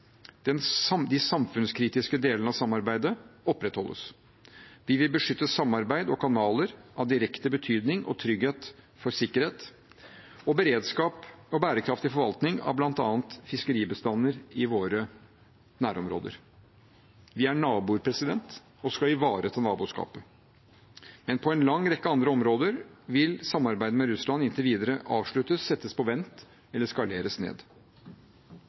De samfunnskritiske delene av samarbeidet opprettholdes. Vi vil beskytte samarbeid og kanaler av direkte betydning for trygghet og sikkerhet, beredskap og bærekraftig forvaltning av bl.a. fiskeribestander i våre nærområder. Vi er naboer og skal ivareta naboskapet, men på en lang rekke andre områder vil samarbeidet med Russland inntil videre avsluttes, settes på vent eller skaleres ned.